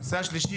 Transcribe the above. הנושא השלישי,